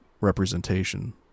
representation